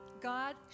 God